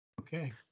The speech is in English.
Okay